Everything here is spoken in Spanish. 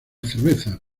cerveza